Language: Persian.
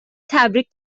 تبریک